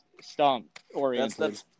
Stomp-oriented